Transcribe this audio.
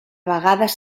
vegades